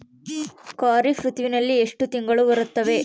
ಖಾರೇಫ್ ಋತುವಿನಲ್ಲಿ ಎಷ್ಟು ತಿಂಗಳು ಬರುತ್ತವೆ?